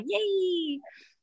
Yay